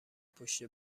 پشت